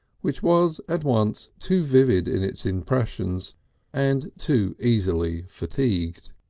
which was at once too vivid in its impressions and too easily fatigued.